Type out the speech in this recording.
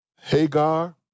Hagar